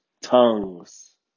tongues